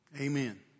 Amen